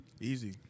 Easy